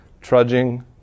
trudging